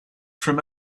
from